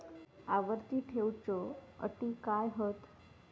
आवर्ती ठेव च्यो अटी काय हत?